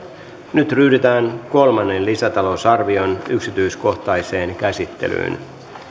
nyt ryhdytään kolmannen lisätalousarvion yksityiskohtaiseen käsittelyyn